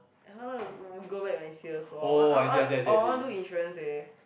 ah [huh] want to go go back next year I want I want I want to do insurance eh